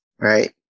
right